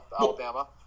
Alabama